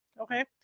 Okay